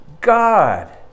God